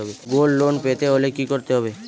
Gold loan পেতে হলে কি করতে হবে?